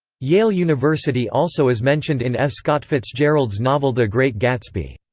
yale university also is mentioned in f. scott fitzgerald's novel the great gatsby.